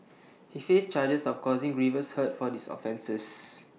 he faced charges of causing grievous hurt for these offences